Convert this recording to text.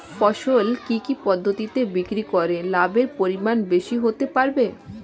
ফসল কি কি পদ্ধতি বিক্রি করে লাভের পরিমাণ বেশি হতে পারবে?